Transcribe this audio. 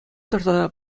тӑрса